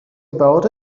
about